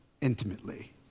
intimately